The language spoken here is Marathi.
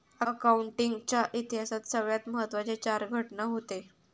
अकाउंटिंग च्या इतिहासात सगळ्यात महत्त्वाचे चार घटना हूते